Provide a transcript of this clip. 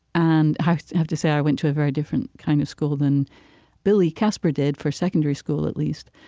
and i have to say, i went to a very different kind of school than billy casper did, for secondary school, at least.